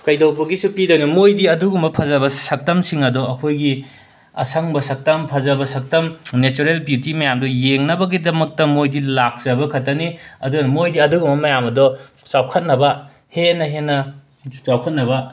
ꯀꯩꯗꯧꯕꯒꯤꯁꯨ ꯄꯤꯗꯣꯏꯅꯣ ꯃꯣꯏꯗꯤ ꯑꯗꯨꯒꯨꯝꯕ ꯐꯖꯕ ꯁꯛꯇꯝꯁꯤꯡ ꯑꯗꯣ ꯑꯩꯈꯣꯏꯒꯤ ꯑꯁꯪꯕ ꯁꯛꯇꯝ ꯐꯖꯕ ꯁꯛꯇꯝ ꯅꯦꯆꯔꯦꯜ ꯕ꯭ꯌꯨꯇꯤ ꯃꯌꯥꯝꯗꯨ ꯌꯦꯡꯅꯕꯒꯤꯗꯃꯛꯇ ꯃꯣꯏꯗꯤ ꯂꯥꯛꯆꯕ ꯈꯛꯇꯅꯤ ꯑꯗꯨꯅ ꯃꯣꯏꯗꯤ ꯑꯗꯨꯒꯨꯝꯕ ꯃꯌꯥꯝ ꯑꯗꯣ ꯆꯥꯎꯈꯠꯅꯕ ꯍꯦꯟꯅ ꯍꯦꯟꯅ ꯆꯥꯎꯈꯠꯅꯕ